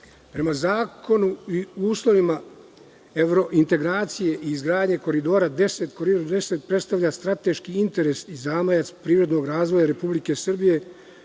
zakonu i uslovima evrointegracije i izgradnje Koridora 10, Koridor 10 predstavlja strateški interes i zamajac privrednog razvoja Republike Srbije